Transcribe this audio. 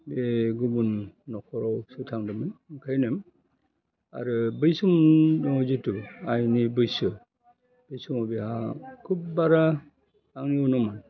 बे गुबुन नखरावसो थांदोंमोन ओंखायनो आरो बै सम नहय जितु आइनि बैसो बे समाव बेहा खुब बारा आंनिउनुमन